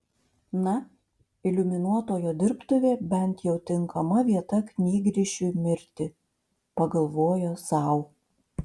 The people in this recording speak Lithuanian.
na iliuminuotojo dirbtuvė bent jau tinkama vieta knygrišiui mirti pagalvojo sau